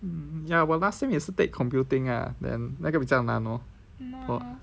ya 我 last sem 也是 take computing ah then 那个比较难 orh